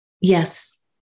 Yes